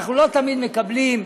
אנחנו לא תמיד מקבלים.